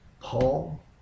Paul